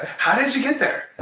how did you get there?